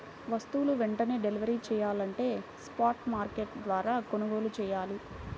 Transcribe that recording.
వస్తువులు వెంటనే డెలివరీ చెయ్యాలంటే స్పాట్ మార్కెట్ల ద్వారా కొనుగోలు చెయ్యాలి